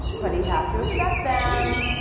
but he has to accept them.